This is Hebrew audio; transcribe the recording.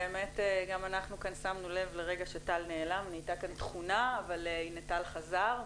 באמת גם אנחנו שמנו לב לרגע שטל נעלם ונהייתה כאן תכונה אבל הנה טל חזר.